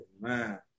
man